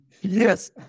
Yes